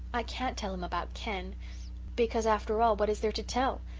i can't tell him about ken because, after all, what is there to tell?